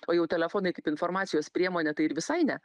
o jau telefonai kaip informacijos priemonė tai ir visai ne